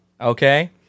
Okay